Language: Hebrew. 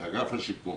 באגף השיקום,